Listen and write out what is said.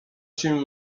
się